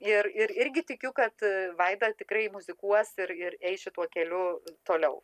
ir ir irgi tikiu kad vaida tikrai muzikuos ir ir eis šituo keliu toliau